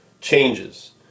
changes